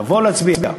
תבוא להצביע.